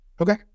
Okay